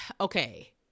Okay